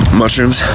mushrooms